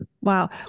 Wow